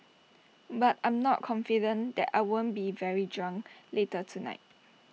but I'm not confident that I won't be very drunk later tonight